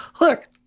look